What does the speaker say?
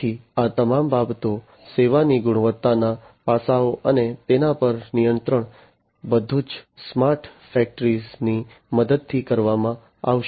તેથી આ તમામ બાબતો સેવાની ગુણવત્તાના પાસાઓ અને તેના પર નિયંત્રણ બધું જ સ્માર્ટ ફેક્ટરીઓ ની મદદથી કરવામાં આવશે